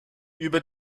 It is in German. über